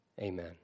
Amen